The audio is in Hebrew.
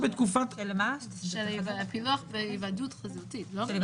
כמה לוו על ידי המשטרה ולא על ידי שב"ס וכו'